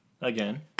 again